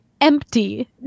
empty